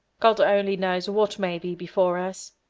god only knows what may be before us.